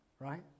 Right